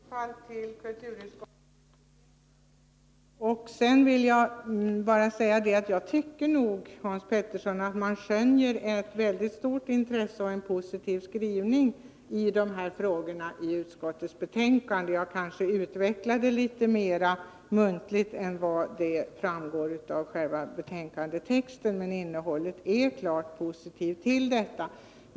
Herr talman! Jag vill börja med att yrka bifall till hemställan i kulturutskottets betänkande. Sedan vill jag säga till Hans Petersson i Hallstahammar att jag tycker att man i utskottets betänkande skönjer ett mycket stort intresse och en positiv skrivning när det gäller dessa frågor. Jag kanske utvecklade det litet mera än man har gjort i själva texten i betänkandet. Men innehållet är klart positivt.